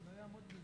הוא לא יעמוד בזה.